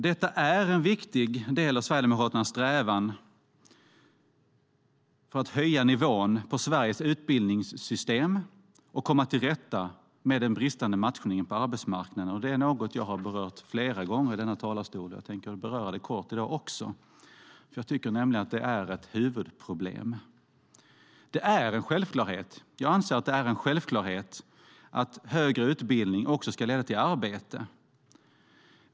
Detta är en viktig del i Sverigedemokraternas strävan för att höja nivån på Sveriges utbildningssystem och komma till rätta med den bristande matchningen på arbetsmarknaden. Det är något som jag berört flera gånger från denna talarstol och tänkte kort beröra det även i dag. Jag tycker nämligen att det är ett huvudproblem. Jag anser att det är en självklarhet att högre utbildning också ska leda till arbete.